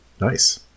Nice